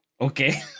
Okay